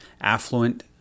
affluent